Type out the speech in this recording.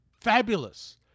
fabulous